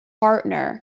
partner